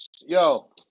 Yo